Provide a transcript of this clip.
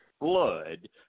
blood